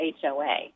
HOA